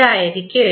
ഇത് ആയിരിക്കും